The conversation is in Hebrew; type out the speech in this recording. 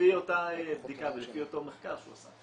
לפי אותה בדיקה ולפי אותו מחקר שהוא עשה.